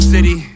City